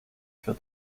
für